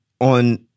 on